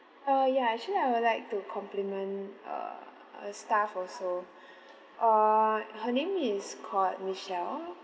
uh ya actually I would like to compliment uh a staff also err her name is called michelle